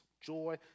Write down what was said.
Joy